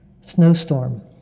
snowstorm